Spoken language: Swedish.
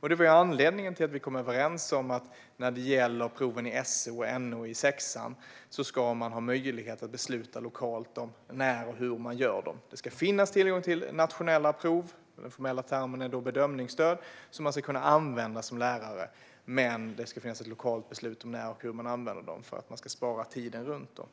Det var anledningen till att vi kom överens om att man för proven i SO och NO i sexan ska ha möjlighet att besluta lokalt om när och hur man gör dem. Det ska finnas tillgång till nationella prov, den formella termen är bedömningsstöd, som man ska kunna använda som lärare, men det ska finnas ett lokalt beslut om när och hur man använder dem för att man ska spara tid runt dem.